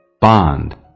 Bond